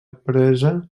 presa